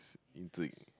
intrigue